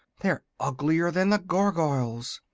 they're uglier than the gargoyles.